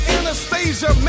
Anastasia